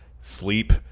sleep